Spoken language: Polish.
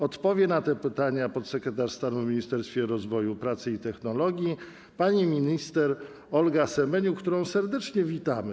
Odpowie na to pytanie podsekretarz stanu w Ministerstwie Rozwoju, Pracy i Technologii, pani minister Olga Semeniuk, którą serdecznie witamy.